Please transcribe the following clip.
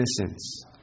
innocence